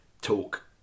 talk